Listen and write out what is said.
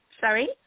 Sorry